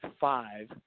five